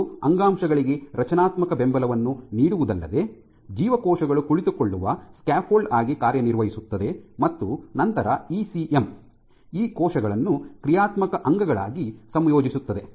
ಇದು ಅಂಗಾಂಶಗಳಿಗೆ ರಚನಾತ್ಮಕ ಬೆಂಬಲವನ್ನು ನೀಡುವುದಲ್ಲದೆ ಜೀವಕೋಶಗಳು ಕುಳಿತುಕೊಳ್ಳುವ ಸ್ಕ್ಯಾಫೋಲ್ಡ್ ಆಗಿ ಕಾರ್ಯನಿರ್ವಹಿಸುತ್ತದೆ ಮತ್ತು ನಂತರ ಇಸಿಎಂ ಈ ಕೋಶಗಳನ್ನು ಕ್ರಿಯಾತ್ಮಕ ಅಂಗಗಳಾಗಿ ಸಂಯೋಜಿಸುತ್ತದೆ